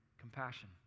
compassion